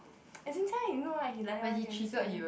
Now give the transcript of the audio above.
as in jia-yu you know right he like that one he will just say